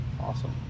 Awesome